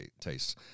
tastes